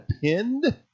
pinned